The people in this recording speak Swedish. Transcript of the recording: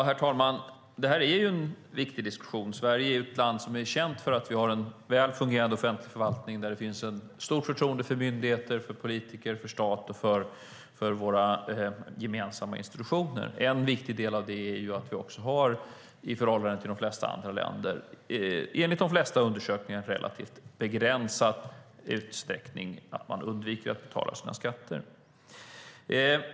Herr talman! Det här är en viktig diskussion. Sverige är ett land som är känt för att ha en välfungerande offentlig förvaltning och där det finns stort förtroende för myndigheter, politiker, stat och våra gemensamma institutioner. En viktig del av det är att man hos oss också, i förhållande till andra länder och enligt de flesta undersökningar, i relativt begränsad utsträckning undviker att betala sina skatter.